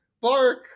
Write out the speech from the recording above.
bark